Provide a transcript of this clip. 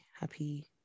happy